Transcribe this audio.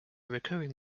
recurring